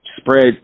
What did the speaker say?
spread